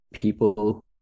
people